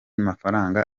mafaranga